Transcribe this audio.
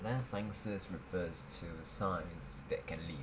life sciences refers to science that can live